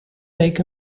week